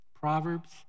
Proverbs